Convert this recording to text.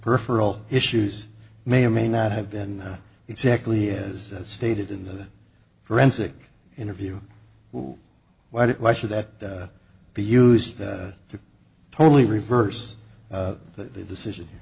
peripheral issues may or may not have been exactly is stated in the forensic interview why did why should that be used to totally reverse the decision